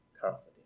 confidence